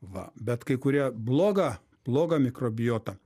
va bet kai kurie blogą blogą mikrobiotą